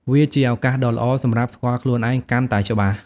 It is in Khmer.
វាជាឱកាសដ៏ល្អសម្រាប់ ស្គាល់ខ្លួនឯងកាន់តែច្បាស់។